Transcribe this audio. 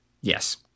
Yes